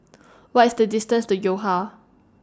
What IS The distance to Yo Ha